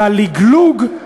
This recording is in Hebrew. ללגלוג,